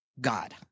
God